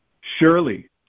Surely